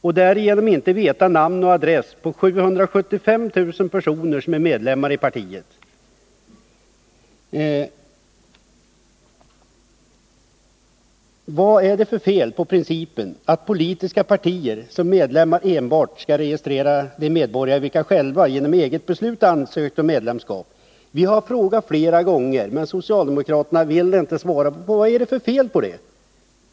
och därigenom inte veta namn och adress på 775 000 personer som är medlemmar i partiet? Vad är det för fel på principen att politiska partier som medlemmar enbart skall registrera de medborgare vilka själva, genom eget beslut, ansökt om medlemskap? Vi har frågat flera gånger, men socialdemokraterna vill inte svara. Vad är det då för fel?